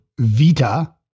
vita